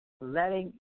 letting